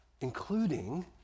including